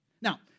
Now